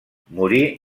morí